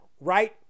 right